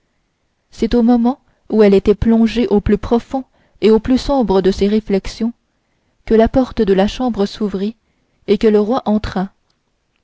c'est au moment où elle était plongée au plus profond et au plus sombre de ces réflexions que la porte de la chambre s'ouvrit et que le roi entra